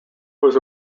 was